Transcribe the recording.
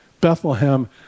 Bethlehem